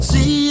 See